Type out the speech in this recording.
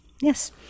yes